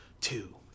two